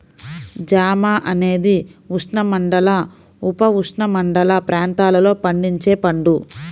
జామ అనేది ఉష్ణమండల, ఉపఉష్ణమండల ప్రాంతాలలో పండించే పండు